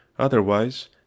Otherwise